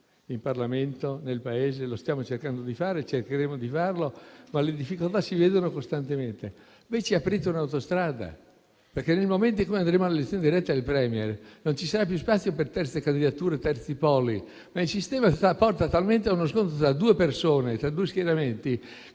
in Parlamento e nel Paese. Stiamo cercando di farlo e cercheremo di farlo, ma le difficoltà si vedono costantemente: voi ci aprite un'autostrada, perché nel momento in cui andremo all'elezione diretta del *Premier*, non ci sarà più spazio per terze candidature e terzi poli, ma il sistema porterà a uno scontro tra due persone e tra due schieramenti,